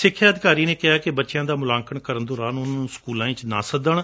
ਸਿੱਖਿਆ ਅਧਿਕਾਰੀ ਨੇ ਕਿਹਾ ਕਿ ਬਚਿਆਂ ਦਾ ਮੁਲਾਂਕਣ ਕਰਨ ਦੌਰਾਨ ਉਨੂਾਂ ਨੂੰ ਸਕੂਲਾਂ ਵਿਚ ਨਾ ਸੱਦਣ